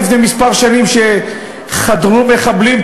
לפני כמה שנים חדרו פה מחבלים,